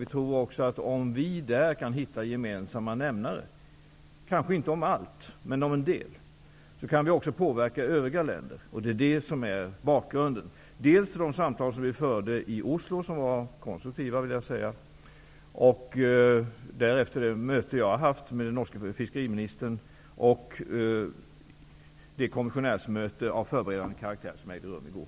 Vi tror också att vi kan påverka övriga länder om vi kan hitta gemensamma nämnare -- kanske inte om allt, men om en del. Detta är bakgrunden till såväl de konstruktiva samtal som vi förde i Oslo och därefter det möte som jag har haft med den norske fiskeriministern och det kommissionärsmöte av förberedande karaktär som ägde rum i går.